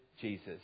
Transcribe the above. Jesus